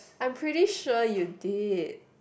I'm pretty sure you did